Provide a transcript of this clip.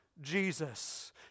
Jesus